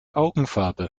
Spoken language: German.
augenfarbe